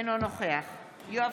אינו נוכח יואב